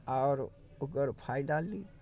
आओर ओकर फायदा ली